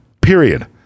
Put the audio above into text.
period